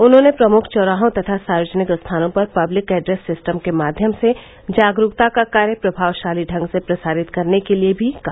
उन्होंने प्रमुख चौराहों और सार्वजनिक स्थानों पर पब्लिक एड्रेस सिस्टम के माध्यम से जागरूकता का कार्य प्रभावशाली ढंग से प्रसारित करने के लिये भी कहा